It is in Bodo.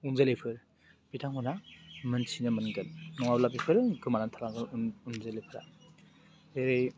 उनजोलैफोर बिथांमोनहा मोनथिनो मोनगोन नङाब्ला बिफोरो गोमानानै थालाङो उनजोलैफ्रा जेरै